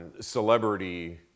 celebrity